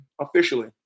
Officially